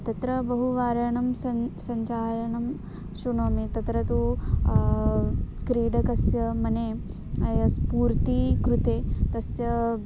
तत्र बहुवाराणां सं सञ्चारणं शृणोमि तत्र तु क्रीडकस्य मने स्फूर्तेः कृते तस्य